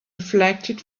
reflected